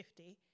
50